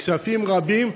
בכספים רבים,